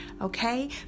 Okay